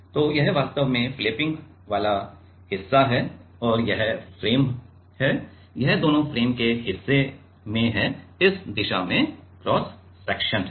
तो यह वास्तव में फ़्लैपिंग वाला हिस्सा है और यह फ्रेम है यह दोनों फ्रेम के हिस्से में है इस दिशा में क्रॉस सेक्शन है